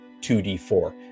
2d4